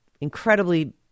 incredibly